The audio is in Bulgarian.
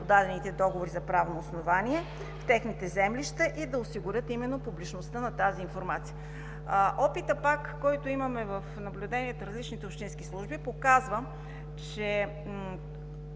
подадените договори за правно основание в техните землища и да осигурят публичността на тази информация. Опитът, който имаме от наблюдения на различни общински служби, показва, че